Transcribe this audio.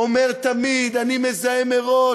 אומר תמיד: אני מזהה מראש,